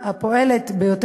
לא